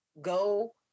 go